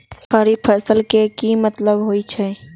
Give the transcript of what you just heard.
खरीफ फसल के की मतलब होइ छइ?